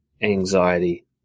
anxiety